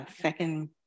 second